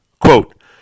Quote